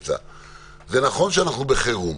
נכון שאנחנו בחירום